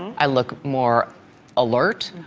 i look more alert